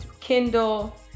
Kindle